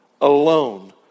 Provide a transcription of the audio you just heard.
alone